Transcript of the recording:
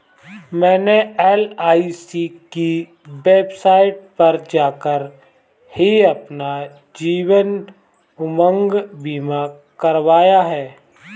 मैंने एल.आई.सी की वेबसाइट पर जाकर ही अपना जीवन उमंग बीमा करवाया है